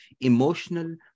emotional